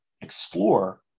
explore